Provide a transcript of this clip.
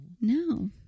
no